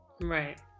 Right